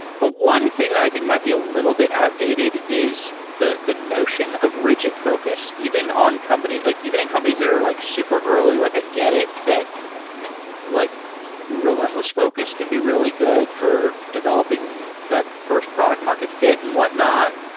but one thing that i think might be a little bit outdated is the the notion of rig id focus even on company like even in companies that are like super early, like i get it, that like re lentless focus can be really good for developing that first product market fit and whatnot.